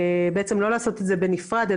לא לעשות את זה בנפרד,